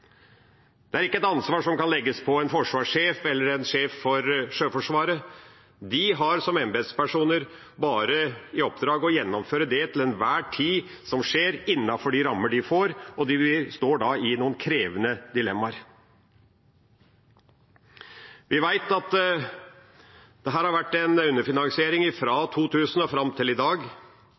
Det er ikke et ansvar som kan legges på en forsvarssjef eller en sjef for Sjøforsvaret. De har som embetspersoner bare i oppdrag å gjennomføre det som til enhver tid skjer, innenfor de rammer de får, og de står da i noen krevende dilemmaer. Vi vet at dette har vært underfinansiert fra 2000 fram til i dag.